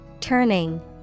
Turning